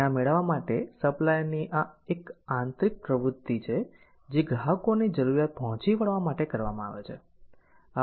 પરિણામ મેળવવા માટે સપ્લાયર ની આ એક આંતરિક પ્રવુત્તિ છે જે ગ્રાહકો ની જરૂરિયાત પહોંચી વળવા માટે કરવામાં આવે છે